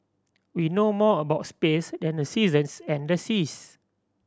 we know more about space than the seasons and the seas